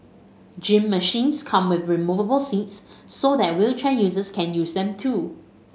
gym machines come with removable seats so that wheelchair users can use them too